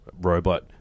robot